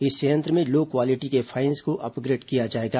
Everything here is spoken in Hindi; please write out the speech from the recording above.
इस संयंत्र में लो क्वालिटी के फाइंस को अपग्रेड किया जाएगा